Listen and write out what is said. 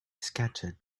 scattered